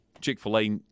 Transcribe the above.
Chick-fil-A